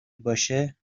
باشه